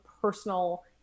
personal